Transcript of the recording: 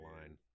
line